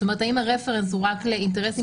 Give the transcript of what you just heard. זאת אומרת האם הרפרנס הוא רק לגבי אינטרסים